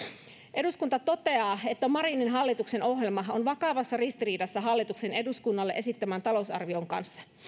eduskunta toteaa että marinin hallituksen ohjelma on vakavassa ristiriidassa hallituksen eduskunnalle esittämän talousarvion kanssa